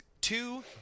two